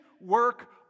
work